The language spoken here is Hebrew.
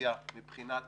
האופוזיציה מבחינת